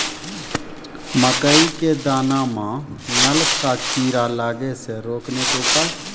मकई के दाना मां नल का कीड़ा लागे से रोकने के उपाय?